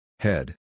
Head